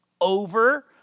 over